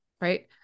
right